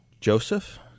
joseph